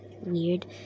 weird